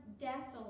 desolate